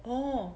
oh